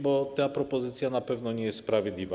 Bo ta propozycja na pewno nie jest sprawiedliwa.